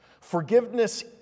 Forgiveness